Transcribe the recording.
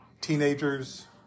teenagers